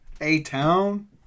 A-Town